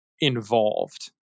involved